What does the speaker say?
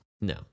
No